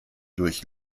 durch